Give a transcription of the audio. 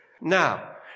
Now